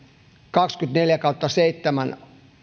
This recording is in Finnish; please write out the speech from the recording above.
kaksikymmentäneljä kautta seitsemän